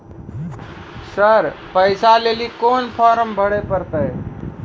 Sir पैसा भेजै लेली कोन फॉर्म भरे परतै?